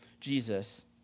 Jesus